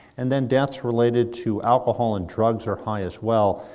and then deaths related to alcohol and drugs are high, as well.